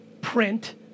print